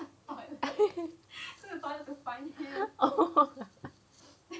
oh